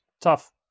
tough